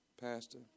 Pastor